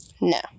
No